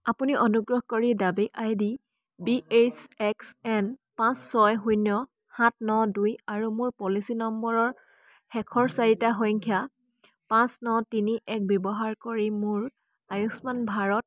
আপুনি অনুগ্ৰহ কৰি দাবী I D B H X N পাঁচ ছয় শূন্য সাত ন দুই আৰু মোৰ পলিচী নম্বৰৰ শেষৰ চাৰিটা সংখ্যা পাঁচ ন তিনি এক ব্যৱহাৰ কৰি মোৰ আয়ুষ্মান ভাৰত